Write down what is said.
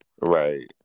Right